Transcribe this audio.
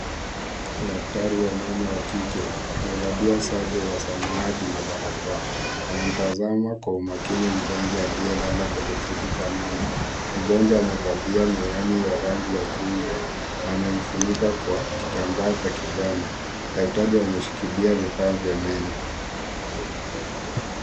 Daktari wa meno wa kike amevalia sare ya samawati na barakoa. Anamtazama kwa umakini mgonjwa aliyelala kwenye kiti cha meno. Mgonjwa amevalia miwani ya rangi ya chungwa na amemfunika kwa kitambaa cha kijani. Daktari ameshiklia vifaa vya meno.